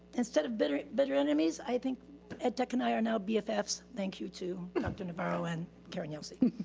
instead of bitter bitter enemies, i think ed tech and i are now bffs. thank you two, dr. navarro and karen yelsey.